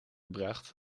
bracht